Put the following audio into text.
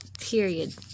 period